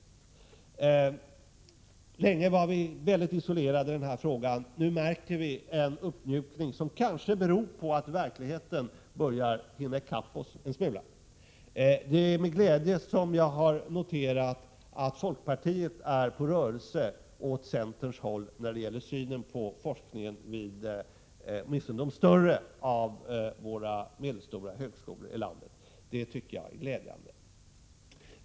Länge var vi isolerade i den här frågan, men nu märker vi en uppmjukning, som kanske beror på att verkligheten börjar hinna i kapp oss. Det är med glädje som jag har noterat att folkpartiet är på rörelse åt centerns håll när det gäller synen på forskningen åtminstone vid de större och medelstora högskolorna i landet. Det tycker jag som sagt är glädjande.